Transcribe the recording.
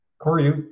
Corey